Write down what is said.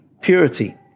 purity